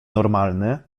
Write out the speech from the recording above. normalny